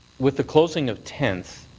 with the closing of tenth,